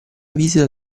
visita